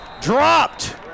dropped